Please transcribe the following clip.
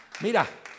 Mira